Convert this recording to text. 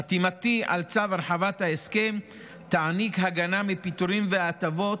חתימתי על צו הרחבת ההסכם תעניק הגנה מפיטורין והטבות,